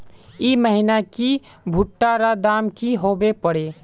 ई महीना की भुट्टा र दाम की होबे परे?